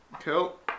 cool